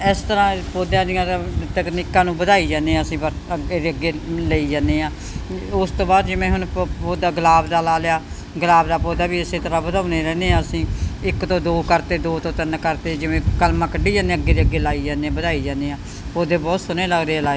ਇਸ ਤਰ੍ਹਾਂ ਪੌਦਿਆਂ ਦੀਆਂ ਤਕਨੀਕਾਂ ਨੂੰ ਵਧਾਈ ਜਾਂਦੇ ਹਾਂ ਅਸੀਂ ਪਰ ਅੱਗੇ ਦੀ ਅੱਗੇ ਲਗਾਈ ਜਾਂਦੇ ਹਾਂ ਉਸ ਤੋਂ ਬਾਅਦ ਜਿਵੇਂ ਹੁਣ ਪੌਦਾ ਪੌਦਾ ਗੁਲਾਬ ਦਾ ਲਗਾ ਲਿਆ ਗੁਲਾਬ ਦਾ ਪੌਦਾ ਵੀ ਇਸੇ ਤਰ੍ਹਾਂ ਵਧਾਉਂਦੇ ਰਹਿੰਦੇ ਹਾਂ ਅਸੀਂ ਇੱਕ ਤੋਂ ਦੋ ਕਰਤੇ ਦੋ ਤੋਂ ਤਿੰਨ ਕਰਤੇ ਜਿਵੇਂ ਕਲਮਾਂ ਕੱਢੀ ਜਾਂਦੇ ਹਾਂ ਅੱਗੇ ਤੋਂ ਅੱਗੇ ਲਗਾਈ ਜਾਂਦੇ ਹਾਂ ਵਧਾਈ ਜਾਂਦੇ ਹਾਂ ਪੌਦੇ ਬਹੁਤ ਸੋਹਣੇ ਲੱਗਦੇ ਆ ਲਾਏ